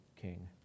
king